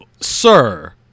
Sir